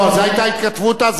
לא, זו היתה התכתבות אז.